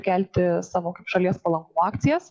kelti savo kaip šalies palankumo akcijas